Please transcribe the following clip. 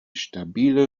stabile